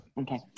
Okay